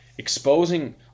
exposing